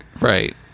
Right